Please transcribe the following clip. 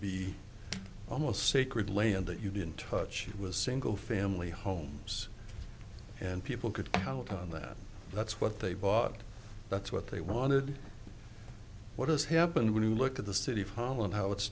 be almost sacred land that you didn't touch was single family homes and people could count on that that's what they bought that's what they wanted what has happened when you look at the city of holland how it's